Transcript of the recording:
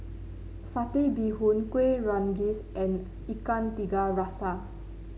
Satay Bee Hoon Kueh Rengas and Ikan Tiga Rasa